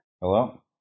Hello